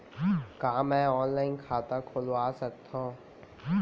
का मैं ऑनलाइन खाता खोलवा सकथव?